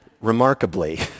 remarkably